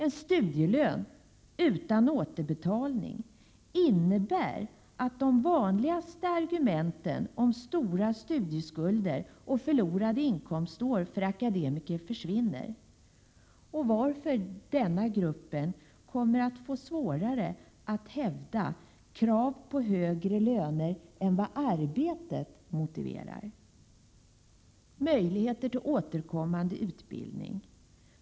En studielön utan återbetalning innebär att de vanligaste argumenten om stora studieskulder och förlorade inkomstår för akademiker försvinner, varför denna grupp kommer att få det svårare att hävda krav på högre löner än vad arbetet motiverar. e Möjligheter till återkommande utbildning.